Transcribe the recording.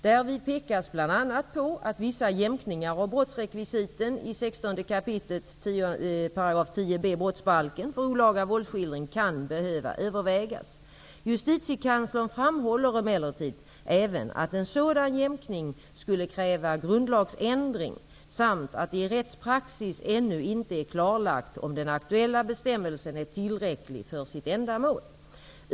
Därvid pekas bl.a. på att vissa jämkningar av brottsrekvisiten i 16 kap. 10 b § brottsbalken för olaga våldsskildring kan behöva övervägas. Justitiekanslern framhåller emellertid även att en sådan jämkning skulle kräva grundlagsändring samt att det i rättspraxis ännu inte är klarlagt om den aktuella bestämmelsen är tillräcklig för sitt ändamål.